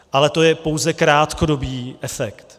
Ale to je pouze krátkodobý efekt.